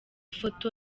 foto